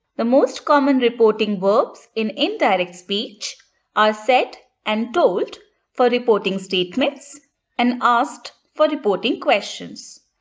the most common reporting verbs in indirect speech are said and told for reporting statements and asked for reporting questions.